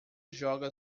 joga